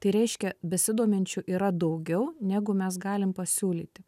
tai reiškia besidominčių yra daugiau negu mes galim pasiūlyti